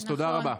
תודה רבה.